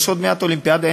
יש עוד מעט אולימפיאדה.